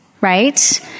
right